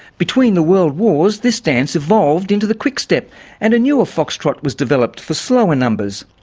between the world wars this dance evolved into the quickstep and a newer foxtrot was developed for slower numbers.